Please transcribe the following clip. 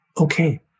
okay